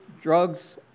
drugs